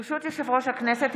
ברשות יושב-ראש הכנסת,